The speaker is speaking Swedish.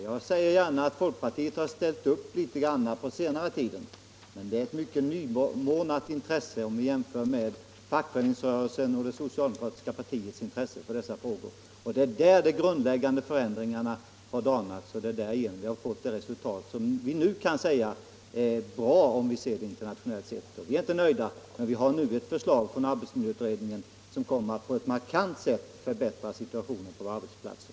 Jag vill gärna medge av folkpartiet har ställt upp litet grand under senare tid i detta sammanhang, men det är ett mycket nymornat intresse jämfört med fackföreningsrörelsens och socialdemokratiska partiets insatser för dessa frågor. Det är därigenom som de grundläggande förändringarna har danats och som vi nu fått de resultat som vi kan säga internationellt sett är bra. Vi är inte nöjda, men vi har nu ett förslag från arbetsmil Jöutredningen som kommer att på ett markant sätt förbättra situationen på våra arbetsplatser.